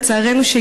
לצערנו,